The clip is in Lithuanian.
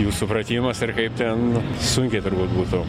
jų supratimas ar kaip ten sunkiai turbūt būtų